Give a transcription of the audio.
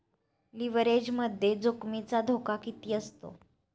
लिव्हरेजमध्ये जोखमीचा धोका किती असतो?